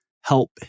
help